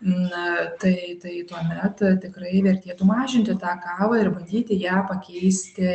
na tai tai tuomet tikrai vertėtų mažinti tą kavą ir bandyti ją pakeisti